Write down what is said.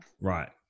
Right